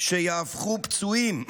שיהפכו פצועים,